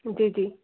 जी जी